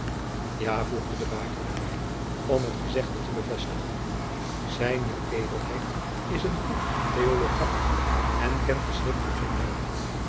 ja voegde de baker er bij om het gezegde te bevestigen zijne edelheid is een goed theologant en kent de schrift op zijn duimpje